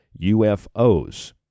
UFOs